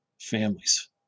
families